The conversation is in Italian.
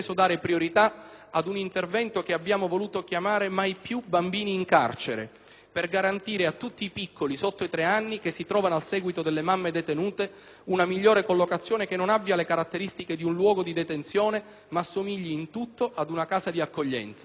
ad un intervento che abbiamo voluto chiamare «Mai più bambini in carcere», per garantire a tutti i piccoli sotto i tre anni, che si trovano al seguito delle mamme detenute, una migliore collocazione che non abbia le caratteristiche di un luogo di detenzione, ma assomigli in tutto ad una casa di accoglienza.